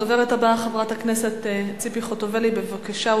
הדוברת הבאה, חברת הכנסת ציפי חוטובלי, בבקשה.